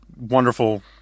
wonderful –